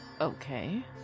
Okay